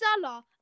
Salah